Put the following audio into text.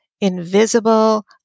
invisible